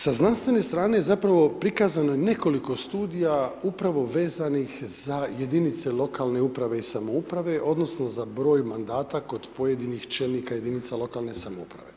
Sa znanstvene strane zapravo, prikazano je nekoliko studija upravo vezanih za jedinice lokalne uprave i samouprave, odnosno za broj mandata kod pojedinih čelnika jedinica lokalne samouprave.